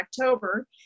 October